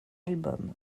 album